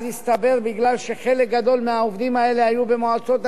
ואז אי-אפשר להעביר אותם בגלל מצב חוקי כזה ואחר.